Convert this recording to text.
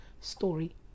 story